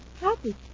Happy